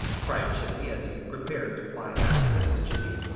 cried chippy, as he prepared to fly after mrs. chippy.